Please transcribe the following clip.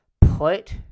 put